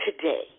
today